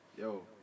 Yo